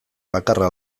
bakarra